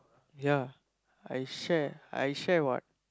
ya I share I share what